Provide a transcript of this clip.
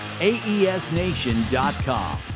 aesnation.com